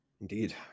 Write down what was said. Indeed